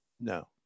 No